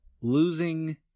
losing